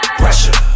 pressure